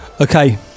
Okay